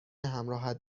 همراهت